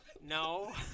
No